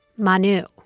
Manu